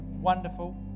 Wonderful